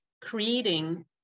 creating